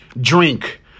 drink